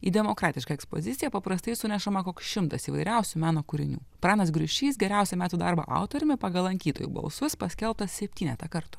į demokratišką ekspoziciją paprastai sunešama koks šimtas įvairiausių meno kūrinių pranas griušys geriausio metų darbo autoriumi pagal lankytojų balsus paskelbtas septynetą kartų